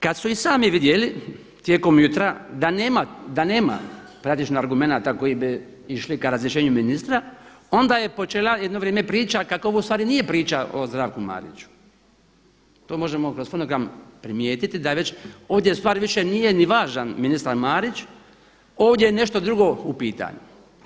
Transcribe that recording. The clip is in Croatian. Kada su i sami vidjeli tijekom jutra da nema praktično argumenata koji bi išli k razrješenju ministra onda je počela jedno vrijeme priča kako ovo ustvari nije priča o Zdravku Mariću, to možemo kroz fonogram primijetiti da je već ovdje ustvari više nije ni važan ministar Marić, ovdje je nešto drugo u pitanju.